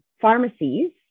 pharmacies